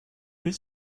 his